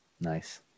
Nice